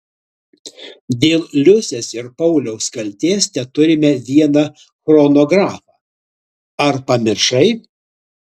dėl liusės ir pauliaus kaltės teturime vieną chronografą ar pamiršai